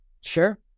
Sure